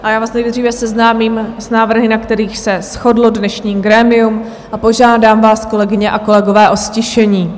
A já vás nejdříve seznámím s návrhy, na kterých se shodlo dnešní grémium a požádám vás, kolegyně a kolegové, o ztišení.